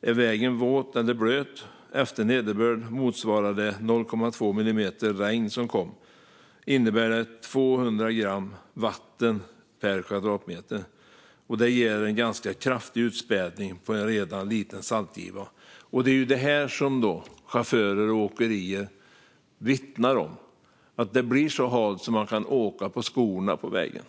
Är vägen våt/blöt efter nederbörd, motsvarande de 0,2 millimeter regn som kom, innebär det 200 gram vatten per kvadratmeter. Detta ger en ganska kraftig utspädning på en redan liten saltgiva." Detta är vad chaufförer och åkerier vittnar om. Det blir så halt att man kan åka på skorna på vägen.